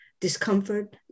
discomfort